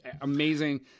amazing